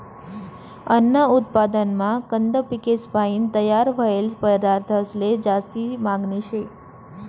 अन्न उत्पादनमा कंद पिकेसपायीन तयार व्हयेल पदार्थंसले जास्ती मागनी शे